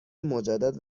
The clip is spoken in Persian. مجدد